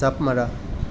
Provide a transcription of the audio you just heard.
জাঁপ মৰা